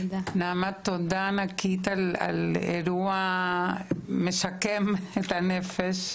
נעמה, תודה ענקית על אירוע משקם את הנפש.